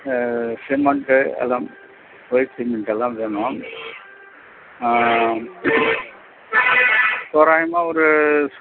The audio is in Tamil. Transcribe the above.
சிமெண்ட்டு எல்லாம் ஒயிட் சிமெண்ட் எல்லாம் வேணும் தோராயமாக ஒரு